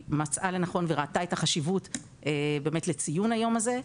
מצאה לנכון וראתה את החשיבות לציון היום הזה,